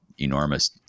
enormous